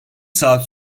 saat